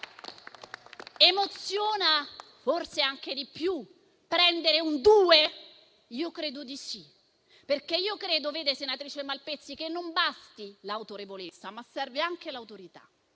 Emoziona forse anche di più prendere un 2? Io credo di sì, perché io credo, senatrice Malpezzi, che non basti l'autorevolezza, ma serva anche l'autorità